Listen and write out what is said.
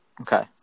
okay